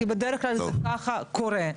כי בדרך כלל זה ככה קורה.